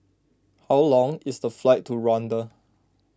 how long is the flight to Rwanda